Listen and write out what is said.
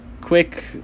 quick